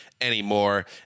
anymore